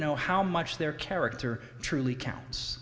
know how much their character truly counts